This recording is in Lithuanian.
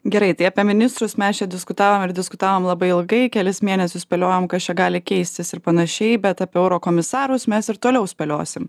gerai tai apie ministrus mes čia diskutavom ir diskutavom labai ilgai kelis mėnesius spėliojom kas čia gali keistis ir panašiai bet apie eurokomisarus mes ir toliau spėliosim